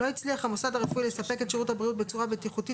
לא הצליח המוסד הרפואי לספק את שירות הבריאות בצורה בטיחותית